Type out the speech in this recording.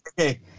okay